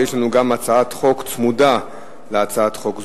יש לנו גם הצעת חוק צמודה להצעת חוק זו,